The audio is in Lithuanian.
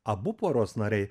abu poros nariai